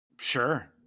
Sure